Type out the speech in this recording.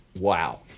wow